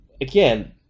again